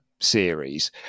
series